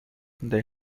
they